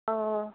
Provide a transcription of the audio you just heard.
अ